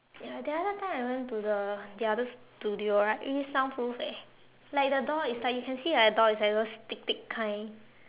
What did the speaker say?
ya the other time I went to the the other studio right it is soundproof eh like the door is like you can see like the door is like those thick thick kind